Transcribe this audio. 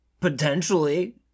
Potentially